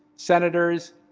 senators,